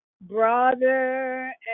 brother